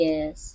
Yes